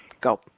go